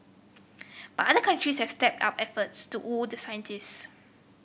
but other countries have stepped up efforts to woo the scientists